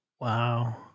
Wow